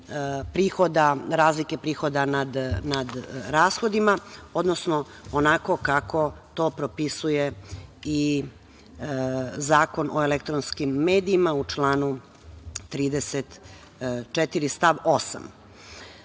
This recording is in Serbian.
osnovu razlike prihoda nad rashodima, odnosno onako kako to propisuje i Zakon o elektronskim medijima u članu 34. stav